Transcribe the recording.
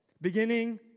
Beginning